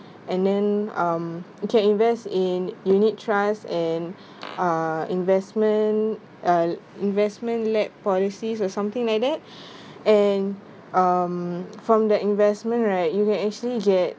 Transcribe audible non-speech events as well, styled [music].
and then um you can invest in unit trusts and uh investment uh investment led policies or something like that [breath] and um from the investment right you can actually get